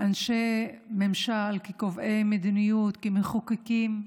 כאנשי ממשל, כקובעי מדיניות, כמחוקקים,